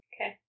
Okay